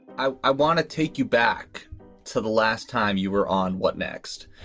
i i want to take you back to the last time you were on. what next?